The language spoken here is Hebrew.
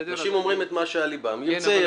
אנשים אומרים שעל ליבם --- זה בסדר,